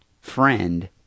friend